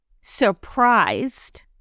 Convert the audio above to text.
surprised